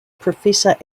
professor